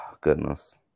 Goodness